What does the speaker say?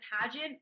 pageant